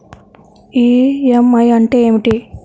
EMI అంటే ఏమిటి?